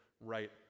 right